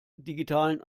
digitalen